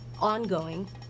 ongoing